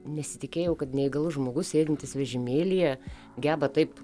nesitikėjau kad neįgalus žmogus sėdintis vežimėlyje geba taip